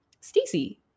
Stacey